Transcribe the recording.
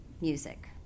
music